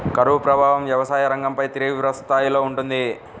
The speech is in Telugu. కరువు ప్రభావం వ్యవసాయ రంగంపై తీవ్రస్థాయిలో ఉంటుంది